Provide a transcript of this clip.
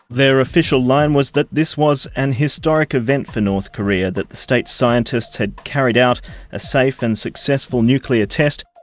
their official line was that this was an historic event for north korea, that the state scientists had carried out a safe and successful nuclear test.